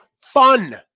fun